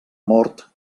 mort